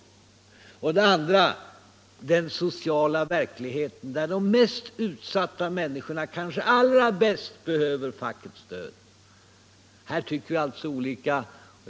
Den andra punkten gäller den sociala verkligheten, där de mest utsatta människorna kanske allra bäst behöver fackets stöd.